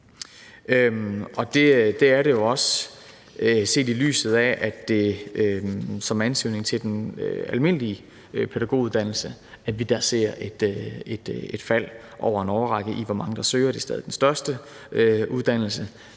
pædagoguddannelse har set et fald over en årrække i, hvor mange der søger. Det er stadig den største uddannelse,